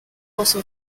also